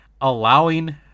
allowing